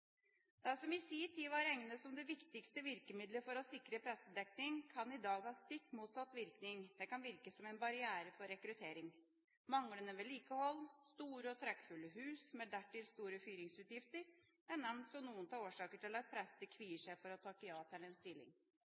Det som i sin tid var regnet som det viktigste virkemiddelet for å sikre prestedekning, kan i dag ha stikk motsatt virkning: Det kan virke som en barriere for rekruttering. Manglende vedlikehold, store og trekkfulle hus med dertil store fyringsutgifter er nevnt som noen av årsakene til at prester kvier seg for å takke ja til en stilling.